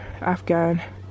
Afghan